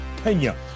Kenya